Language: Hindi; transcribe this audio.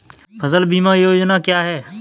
फसल बीमा योजना क्या है?